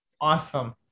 Awesome